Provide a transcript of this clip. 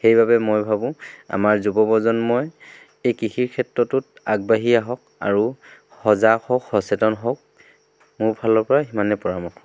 সেইবাবে মই ভাবোঁ আমাৰ যুৱ প্ৰজন্মই এই কৃষিৰ ক্ষেত্ৰটোত আগবাঢ়ি আহক আৰু সজাগ হওক সচেতন হওক মোৰ ফালৰ পৰা সিমানেই পৰামৰ্শ